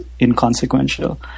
inconsequential